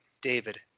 David